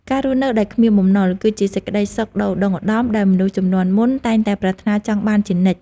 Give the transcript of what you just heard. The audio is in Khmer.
ការរស់នៅដោយគ្មានបំណុល គឺជាសេចក្ដីសុខដ៏ឧត្តុង្គឧត្តមដែលមនុស្សជំនាន់មុនតែងតែប្រាថ្នាចង់បានជានិច្ច។